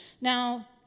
Now